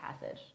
passage